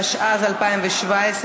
התשע"ז 2017,